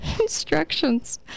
instructions